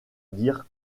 dire